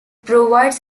provides